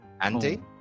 Andy